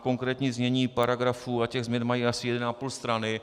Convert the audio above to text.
Konkrétní znění paragrafů a těch změn mají asi jeden a půl strany.